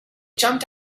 jumped